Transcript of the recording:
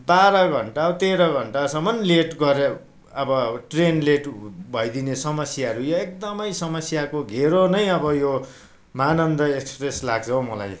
बाह्र घन्टा तेह्र घन्टासम्म लेट गरे अब अब ट्रेन लेट भइदिने समस्याहरू एकदमै समस्याको घेरो नै अब यो महानन्द एक्सप्रेस लाग्छ हौ मलाई